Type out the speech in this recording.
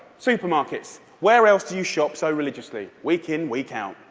supermarkets. where else do you shop so religiously? week in, week out.